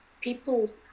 people